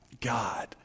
God